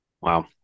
Wow